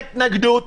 כי הייתה התנגדות